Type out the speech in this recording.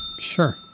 Sure